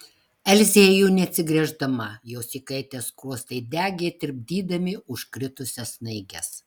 elzė ėjo neatsigręždama jos įkaitę skruostai degė tirpdydami užkritusias snaiges